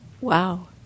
Wow